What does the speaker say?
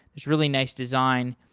it's really nice design.